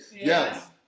Yes